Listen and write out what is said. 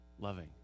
Loving